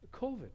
COVID